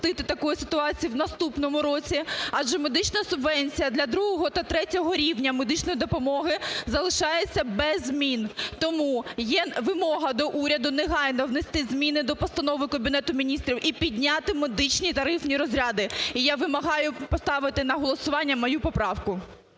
маємо не допустити такої ситуації в наступному році, адже медична субвенція для другого та третього рівня медичної допомоги залишається без змін. Тому є вимога до уряду, негайно внести зміни до постанови Кабінету Міністрів і підняти медичні тарифні розряди. І я вимагаю поставити на голосування мою поправку.